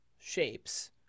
shapes